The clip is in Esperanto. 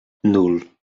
nul